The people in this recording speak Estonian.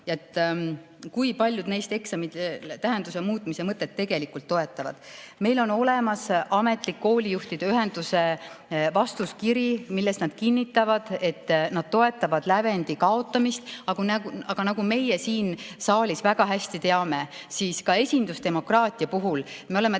kui paljud neist eksamite tähenduse muutmise mõtet tegelikult toetavad. Meil on olemas ametlik koolijuhtide ühenduse vastuskiri, milles nad kinnitavad, et nad toetavad lävendi kaotamist. Nagu meie siin saalis väga hästi teame ja oleme täitsa kindlad, esindusdemokraatia puhul ei